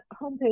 homepage